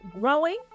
growing